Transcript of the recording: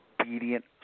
obedient